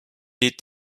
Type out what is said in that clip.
est